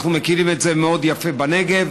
אנחנו מכירים את זה מאוד יפה בנגב,